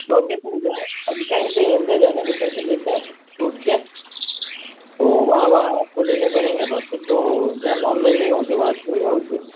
location क्या है अब के ही अंदर जाने के पैसे लेते हैं तो उसके तो वहाँ वहाँ आपको तो देने पड़ेंगे बाक़ी तो जहाँ नहीं होंगे वहाँ